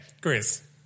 Chris